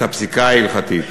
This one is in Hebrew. את הפסיקה ההלכתית.